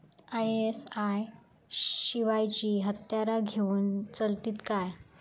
ISI शिवायची हत्यारा घेऊन चलतीत काय?